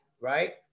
right